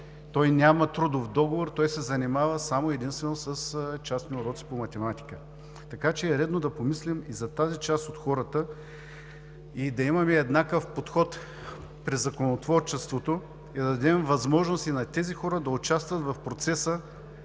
той няма трудов договор, той се занимава само и единствено с частни уроци по математика. Редно е да помислим и за тази част от хората и да имаме еднакъв подход при законотворчеството, да дадем възможност и на тези хора да участват в процеса